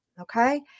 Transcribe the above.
Okay